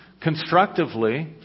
constructively